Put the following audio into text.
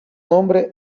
nombre